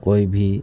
کوئی بھی